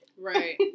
Right